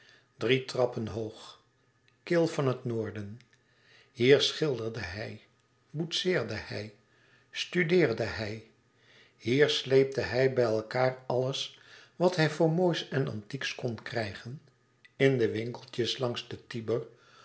drie trappen hoog kil van het noorden hier schilderde hij boetseerde hij studeerde hij hier sleepte hij bij elkaâr alles wat hij voor moois en antieks kon krijgen in de winkeltjes langs den